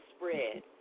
spread